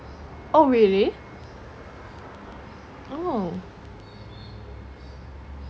oh really oh